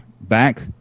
back